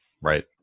Right